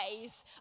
ways